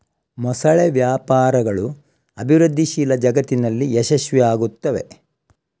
ಮೊಸಳೆ ವ್ಯಾಪಾರಗಳು ಅಭಿವೃದ್ಧಿಶೀಲ ಜಗತ್ತಿನಲ್ಲಿ ಯಶಸ್ವಿಯಾಗುತ್ತವೆ